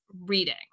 reading